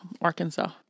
Arkansas